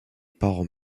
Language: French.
parents